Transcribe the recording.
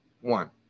one